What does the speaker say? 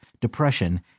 depression